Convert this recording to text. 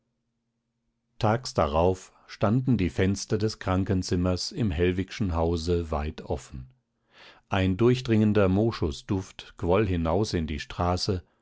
tags darauf standen die fenster des krankenzimmers im hellwig'schen hause weit offen ein durchdringender moschusduft quoll hinaus in die straße